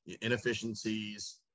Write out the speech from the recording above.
inefficiencies